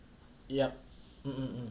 yup mm mm mm